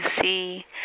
see